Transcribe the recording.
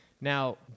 Now